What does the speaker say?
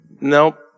nope